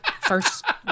first